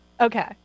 Okay